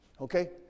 Okay